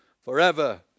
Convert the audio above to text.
forever